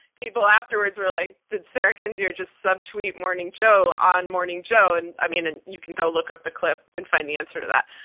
people afterwards were like, did sarah kendzior just subtweet morning joe on morning joe? and i mean, you can go look up the clip and find the answer to that.